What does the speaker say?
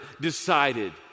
decided